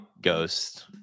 ghost